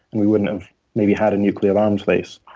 and we wouldn't have maybe had a nuclear arms race.